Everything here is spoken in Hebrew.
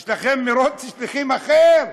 יש לכם מרוץ שליחים אחר,